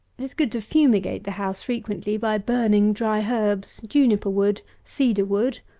it is good to fumigate the house frequently by burning dry herbs, juniper wood, cedar wood,